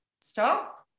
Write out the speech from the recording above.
stop